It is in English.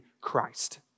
Christ